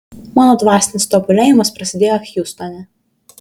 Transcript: mano dvasinis tobulėjimas prasidėjo hjustone